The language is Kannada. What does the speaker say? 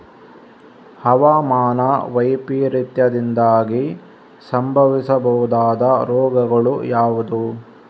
ಹವಾಮಾನ ವೈಪರೀತ್ಯದಿಂದಾಗಿ ಸಂಭವಿಸಬಹುದಾದ ರೋಗಗಳು ಯಾವುದು?